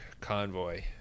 Convoy